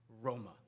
Roma